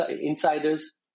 insiders